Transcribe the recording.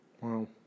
Wow